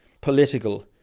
political